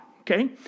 Okay